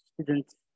students